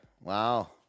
Wow